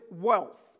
wealth